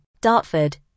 Dartford